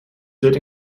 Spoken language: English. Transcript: did